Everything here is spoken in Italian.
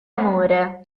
amore